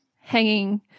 hanging